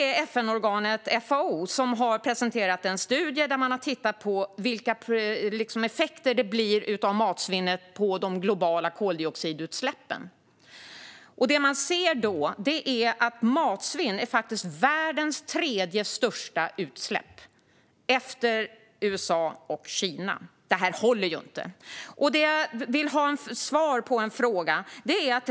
FN-organet FAO har presenterat en studie där man har undersökt vilka effekter matsvinnet har på de globala koldioxidutsläppen. Det man ser är att matsvinnet, om det vore ett land, skulle vara världens tredje största utsläppsland efter USA och Kina. Det här håller inte! Jag vill ha svar på en fråga.